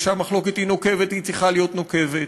וכשהמחלוקת היא נוקבת היא צריכה להיות נוקבת.